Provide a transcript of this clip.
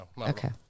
Okay